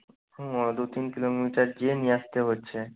হুম ও দু তিন কিলোমিটার গিয়ে নিয়ে আসতে হচ্ছে